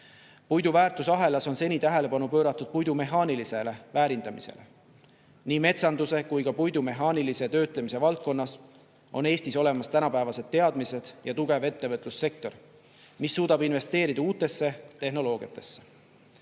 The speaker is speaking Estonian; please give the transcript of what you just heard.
Puidu väärtusahelas on seni tähelepanu pööratud puidu mehaanilisele väärindamisele. Nii metsanduse kui ka puidu mehaanilise töötlemise valdkonnas on Eestis olemas tänapäevased teadmised ja tugev ettevõtlussektor, mis suudab investeerida uude tehnoloogiasse.